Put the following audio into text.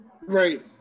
Right